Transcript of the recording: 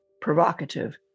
provocative